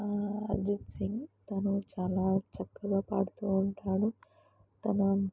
అర్జిత్ సింగ్ తను చాలా చక్కగా పాడుతూ ఉంటాడు తన